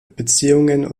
beziehungen